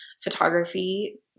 photography